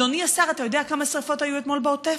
אדוני השר, אתה יודע כמה שרפות היו אתמול בעוטף?